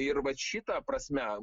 ir vat šita prasme